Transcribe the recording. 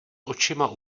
očima